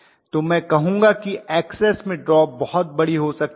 तो मैं कहूंगा कि Xs में ड्रॉप बहुत बड़ी हो सकती है